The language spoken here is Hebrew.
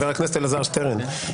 חבר הכנסת אלעזר שטרן,